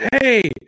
Hey